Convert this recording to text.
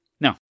Now